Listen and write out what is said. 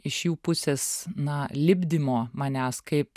iš jų pusės na lipdymo manęs kaip